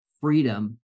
freedom